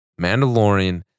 Mandalorian